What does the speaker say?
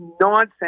nonsense